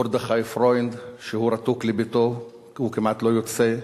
מרדכי פרוינד, שרתוק לביתו, וכמעט לא יוצא,